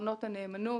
קרנות הנאמנות,